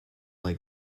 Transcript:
like